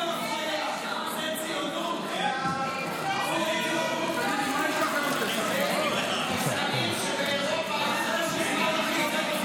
האגודות השיתופיות (מספר בתי אב ביישוב קהילתי),